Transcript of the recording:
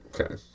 Okay